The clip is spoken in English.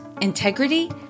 integrity